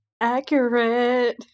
Accurate